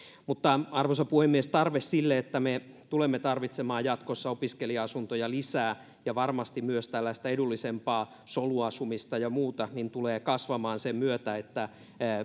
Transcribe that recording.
mutta arvoisa puhemies tarve sille että me tulemme tarvitsemaan jatkossa opiskelija asuntoja lisää ja varmasti myös tällaista edullisempaa soluasumista ja muuta tulee kasvamaan sen myötä että